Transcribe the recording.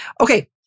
Okay